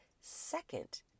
second